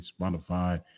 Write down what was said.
Spotify